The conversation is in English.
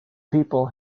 people